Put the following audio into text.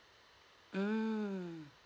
mm